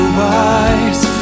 wise